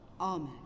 Amen